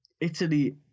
Italy